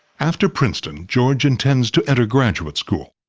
after princeton, george intends to enter graduate school.